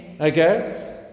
Okay